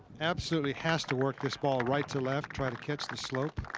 absolutely has to work this ball right to left. try to catch the slope.